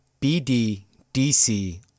BDDC